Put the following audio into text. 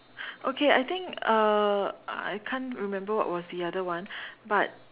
okay I think uh I can't remember what was the other one but